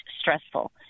stressful